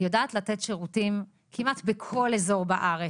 יודעת לתת שירותים כמעט בכל אזור בארץ,